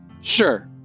sure